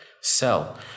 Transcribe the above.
sell